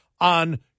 on